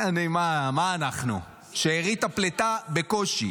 מה אנחנו, שארית הפליטה בקושי,